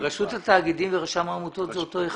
רשות התאגידים ורשם העמותות זה אותו אחד.